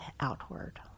outward